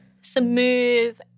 smooth